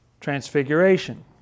Transfiguration